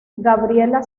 gabriela